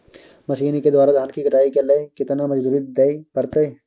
Machine के द्वारा धान की कटाइ के लिये केतना मजदूरी दिये परतय?